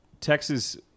Texas